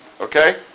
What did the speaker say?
Okay